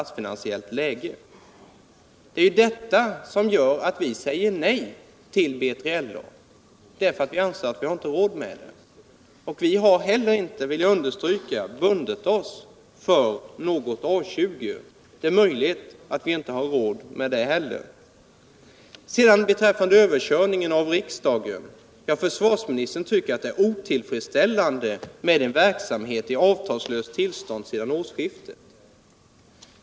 Det är detta som gör att vi säger nej till BILA. Vi anser att landet inte har råd med ett sådant plan. Jag vill också understryka att vi inte har bundit oss för något A 20-plan. Det är möjligt att landet inte har råd med det heller. Beträffande överkörningen i riksdagen tycker försvarsministern att det är otillfredsställande att man haft en verksamhet i avtalslöst tillstånd sedan årsskiftet.